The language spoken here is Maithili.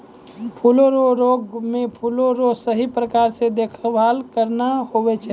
फूलो रो रोग मे फूलो रो सही प्रकार से देखभाल करना हुवै छै